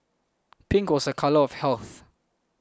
pink was a colour of health